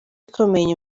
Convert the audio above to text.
ikomeye